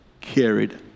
carried